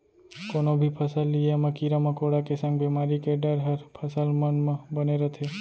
कोनो भी फसल लिये म कीरा मकोड़ा के संग बेमारी के डर हर फसल मन म बने रथे